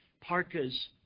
parkas